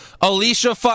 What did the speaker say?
Alicia